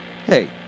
Hey